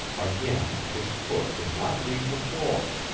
again, his foot did not leave the floor.